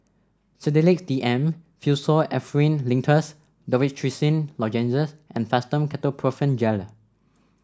Sedilix D M Pseudoephrine Linctus Dorithricin Lozenges and Fastum Ketoprofen Gel